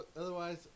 Otherwise